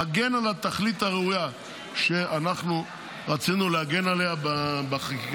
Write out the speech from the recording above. מגן על התכלית הראויה שאנחנו רצינו להגן עליה בחקיקה